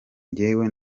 njyewe